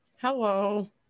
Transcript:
Hello